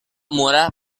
murah